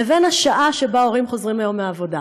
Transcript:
לבין השעה שבה הורים חוזרים היום מהעבודה,